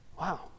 wow